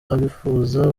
abifuza